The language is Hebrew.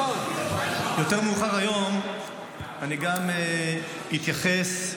יותר מאוחר היום אני גם אתייחס לשאילתה,